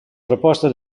proposta